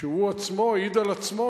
שהעיד על עצמו,